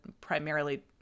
primarily